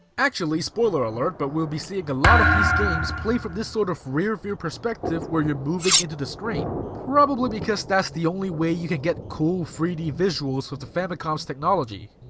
actually, spoiler alert, but we'll be seeing a lot of these games play from this sort of rear-view perspective where you're moving into the screen, probably because that's the only way you can get cool three d visuals with the famicom's technology.